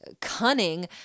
cunning